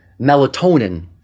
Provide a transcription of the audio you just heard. melatonin